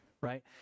Right